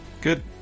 good